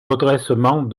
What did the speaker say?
redressement